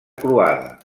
croada